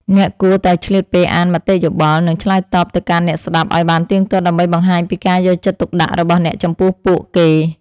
អ្នកគួរតែឆ្លៀតពេលអានមតិយោបល់ និងឆ្លើយតបទៅកាន់អ្នកស្តាប់ឱ្យបានទៀងទាត់ដើម្បីបង្ហាញពីការយកចិត្តទុកដាក់របស់អ្នកចំពោះពួកគេ។